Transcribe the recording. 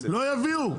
לא יביאו?